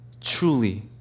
truly